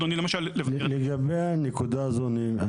אנחנו